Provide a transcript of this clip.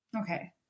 okay